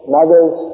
mothers